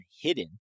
hidden